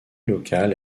locale